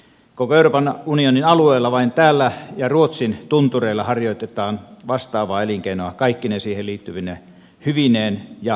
koko euroopan unionin alueella vain täällä ja ruotsin tuntureilla harjoitetaan vastaavaa elinkeinoa kaikkine siihen liittyvine hyvineen ja ristiriitoineen